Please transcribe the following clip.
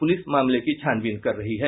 police मामले की छानबीन कर रही है